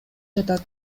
жатат